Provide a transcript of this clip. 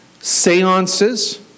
Seances